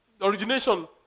origination